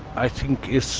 i think,